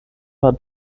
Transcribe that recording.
war